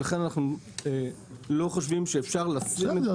ולכן אנחנו לא חושבים שאפשר להשית עלינו.